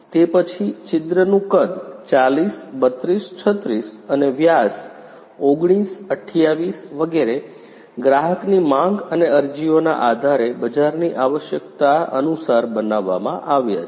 તે પછી છિદ્રનું કદ 40 32 36 અને વ્યાસ 19 28 વગેરે ગ્રાહકની માંગ અને અરજીઓના આધારે બજારની આવશ્યકતા અનુસાર બનાવવામાં આવ્યા છે